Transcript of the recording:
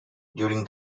during